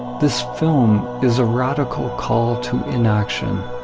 this film is a radical call to inaction.